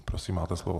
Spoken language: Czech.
Prosím, máte slovo.